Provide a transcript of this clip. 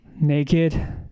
Naked